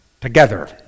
together